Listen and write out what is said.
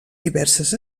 diverses